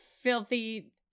filthy